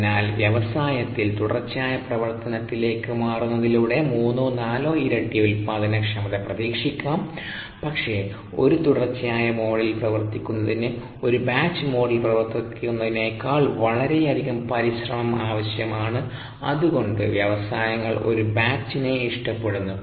അതിനാൽ വ്യവസായത്തിൽ തുടർച്ചയായ പ്രവർത്തനത്തിലേക്ക് മാറുന്നതിലൂടെ മൂന്നോ നാലോ ഇരട്ടി ഉൽപാദനക്ഷമത പ്രതീക്ഷിക്കാം പക്ഷേ ഒരു തുടർച്ചയായ മോഡിൽ പ്രവർത്തിക്കുന്നതിന് ഒരു ബാച്ച് മോഡിൽ പ്രവർത്തിക്കുന്നതിനേക്കാൾ വളരെയധികം പരിശ്രമം ആവശ്യമാണ് അത്കൊണ്ട് വ്യവസായങ്ങൾ ഒരു ബാച്ചിനെ ഇഷ്ടപ്പെടുന്നു